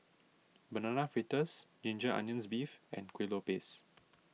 Banana Fritters Ginger Onions Beef and Kuih Lopes